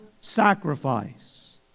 sacrifice